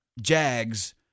Jags